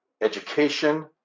education